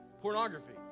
Pornography